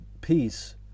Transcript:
peace